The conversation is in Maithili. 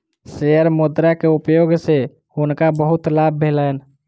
शेयर मुद्रा के उपयोग सॅ हुनका बहुत लाभ भेलैन